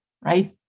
right